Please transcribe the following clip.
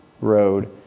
road